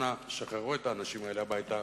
אנא, שחררו את האנשים האלה הביתה